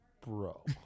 bro